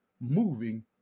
moving